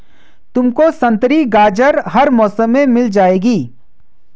तुमको संतरी गाजर हर मौसम में मिल जाएगी